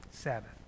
Sabbath